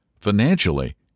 financially